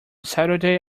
saturday